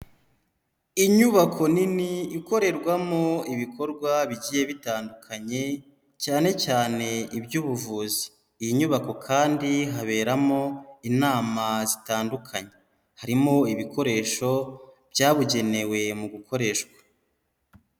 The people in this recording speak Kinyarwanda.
Inyubako nini ikorerwamo ibikorwa bigiye bitandukanye, cyane cyane iby'ubuvuzi. Iyi nyubako kandi haberamo inama zitandukanye, harimo ibikoresho byabugenewe mu gukoreshwa.